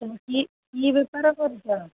ତ କି କି ବେପାର କରୁଛ